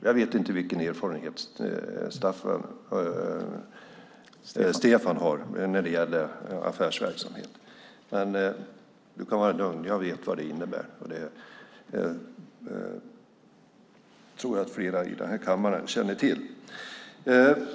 Jag vet inte vilken erfarenhet Stefan har av affärsverksamhet, men han kan vara lugn, jag vet vad det innebär, och det tror jag flera i denna kammare känner till.